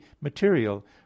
material